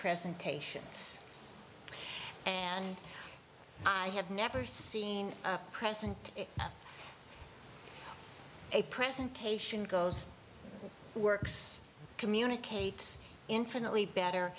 presentations and i have never seen president a presentation goes works communicates infinitely better